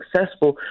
successful